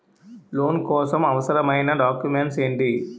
Loan కోసం అవసరమైన documents ఎంటి?